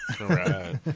Right